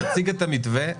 נציג את המתווה,